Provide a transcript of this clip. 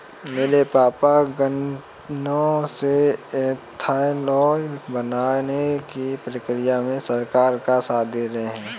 मेरे पापा गन्नों से एथानाओल बनाने की प्रक्रिया में सरकार का साथ दे रहे हैं